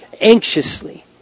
anxiously